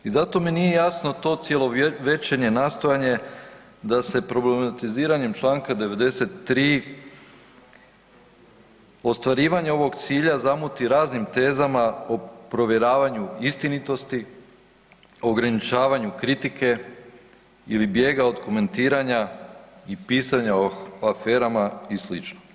I zato mi nije jasno to cjelovečernje nastojanje da se problematiziranjem Članka 93., ostvarivanje ovog cilja zamuti raznim tezama o provjeravanju istinitosti, ograničavanju kritike ili bijega od komentiranja ili pisanja o aferama i slično.